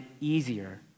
easier